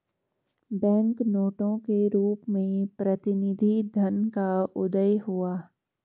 bank नोटों के रूप में प्रतिनिधि धन का उदय हुआ